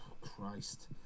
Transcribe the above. Christ